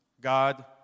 God